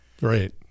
Right